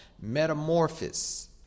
Metamorphosis